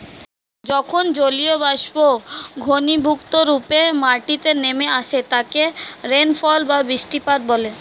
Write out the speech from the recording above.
যখন জলীয়বাষ্প ঘনীভূতরূপে মাটিতে নেমে আসে তাকে রেনফল বা বৃষ্টিপাত বলে